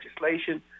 legislation